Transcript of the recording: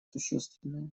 существенное